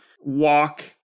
walk